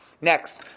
Next